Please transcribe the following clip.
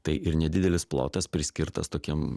tai ir nedidelis plotas priskirtas tokiem